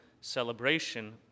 celebration